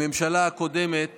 בממשלה הקודמת